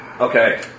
Okay